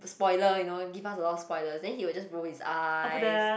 spoiler you know give us a lot of spoilers then he will just roll his eyes